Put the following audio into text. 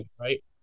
right